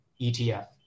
ETF